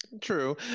True